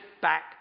back